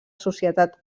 societat